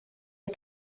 les